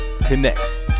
Connects